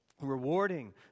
rewarding